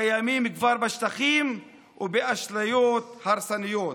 הקיימים כבר בשטחים, ובאשליות הרסניות,